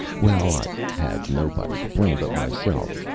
well, i had nobody to blame but myself.